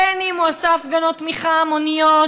בין שהוא עשה הפגנות תמיכה המוניות